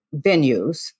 venues